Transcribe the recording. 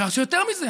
ויותר מזה,